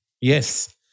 yes